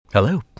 Hello